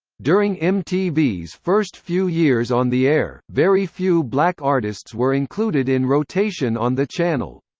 during mtv's first few years on the air, very few black artists were included in rotation on the channel.